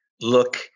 look